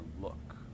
look